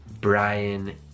Brian